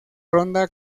ronda